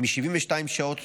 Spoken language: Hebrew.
מ-72 שעות